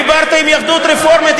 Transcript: דיברת עם היהדות הרפורמית,